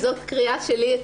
זאת קריאה שלי,